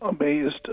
amazed